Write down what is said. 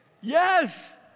Yes